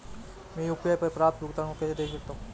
मैं यू.पी.आई पर प्राप्त भुगतान को कैसे देख सकता हूं?